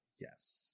Yes